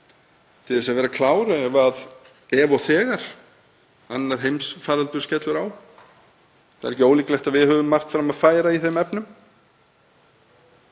til að vera klár ef og þegar annar heimsfaraldur skellur á. Það er ekki ólíklegt að við höfum margt fram að færa í þeim efnum.